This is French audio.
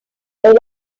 elle